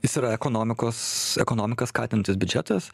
jis yra ekonomikos ekonomiką skatinantis biudžetas